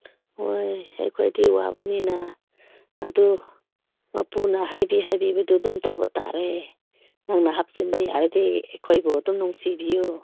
ꯍꯣꯏ ꯑꯩꯈꯣꯏꯗꯤ ꯋꯥꯕꯅꯤꯅ ꯑꯗꯨ ꯃꯄꯨꯅ ꯍꯥꯏꯕꯤ ꯍꯥꯏꯕꯤꯕꯗꯨ ꯑꯗꯨꯝ ꯇꯥꯔꯦ ꯅꯪꯅ ꯍꯥꯞꯆꯤꯟꯕ ꯌꯥꯔꯗꯤ ꯑꯩꯈꯣꯏꯕꯨ ꯑꯃꯨꯛꯇ ꯅꯨꯡꯁꯤꯕꯤꯌꯨ